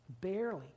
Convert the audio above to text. barely